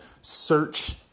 search